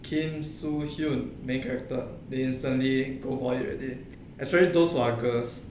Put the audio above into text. kim soo hyun main character they instantly go for it already especially those who are girls